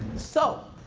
so,